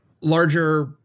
Larger